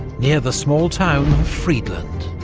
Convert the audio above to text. near the small town of friedland.